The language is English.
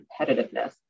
competitiveness